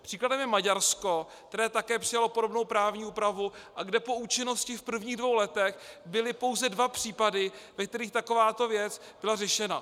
Příkladem je Maďarsko, které také přijalo podobnou právní úpravu a kde po účinnosti v prvních dvou letech byly pouze dva případy, ve kterých takováto věc byla řešena.